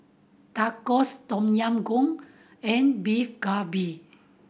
Tacos Tom Yam Goong and Beef Galbi